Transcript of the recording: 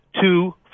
two